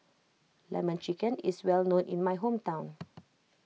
Lemon Chicken is well known in my hometown